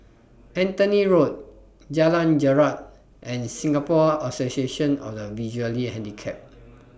Anthony Road Jalan Jarak and Singapore Association of The Visually Handicapped